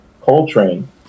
Coltrane